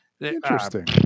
Interesting